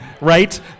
right